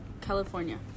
California